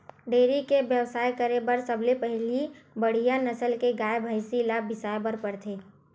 dairy के बेवसाय करे बर सबले पहिली बड़िहा नसल के गाय, भइसी ल बिसाए बर परथे